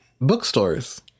Bookstores